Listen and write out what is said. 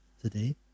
today